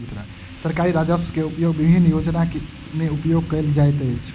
सरकारी राजस्व के उपयोग विभिन्न योजना में उपयोग कयल जाइत अछि